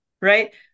Right